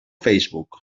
facebook